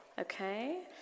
okay